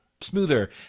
smoother